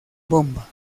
bomba